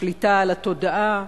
השליטה על התודעה,